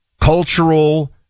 cultural